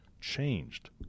changed